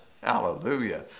Hallelujah